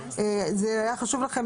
זה היה חשוב לכם,